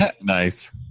Nice